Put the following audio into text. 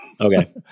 Okay